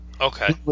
Okay